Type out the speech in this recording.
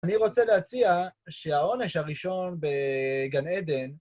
אני רוצה להציע שהעונש הראשון בגן עדן